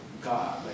God